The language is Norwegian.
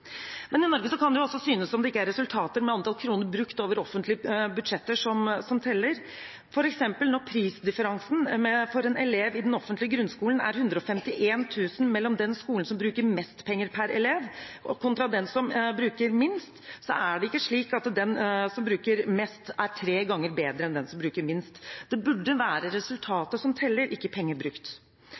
Men i Norge kan det også synes som om det ikke er resultater, men antall kroner brukt over offentlige budsjetter som teller. For eksempel når prisdifferansen for en elev i den offentlige grunnskolen er 151 000 kr mellom den skolen som bruker mest penger per elev, og den som bruker minst, så er det ikke slik at den som bruker mest, er tre ganger bedre enn den som bruker minst. Det burde være resultatet som teller, ikke